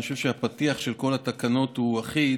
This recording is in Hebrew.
אני חושב שהפתיח של כל התקנות הוא אחיד,